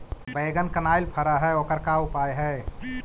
बैगन कनाइल फर है ओकर का उपाय है?